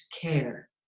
care